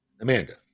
Amanda